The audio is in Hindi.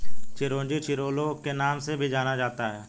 चिरोंजी चिरोली के नाम से भी जाना जाता है